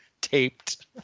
taped